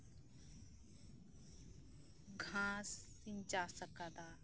ᱜᱷᱟᱸᱥ ᱤᱧ ᱪᱟᱥ ᱟᱠᱟᱫᱟ